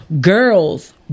Girls